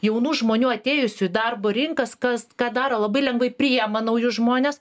jaunų žmonių atėjusių į darbo rinkas kas ką daro labai lengvai priima naujus žmones